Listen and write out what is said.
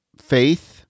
faith